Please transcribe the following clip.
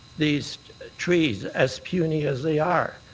these trees as puny as they are.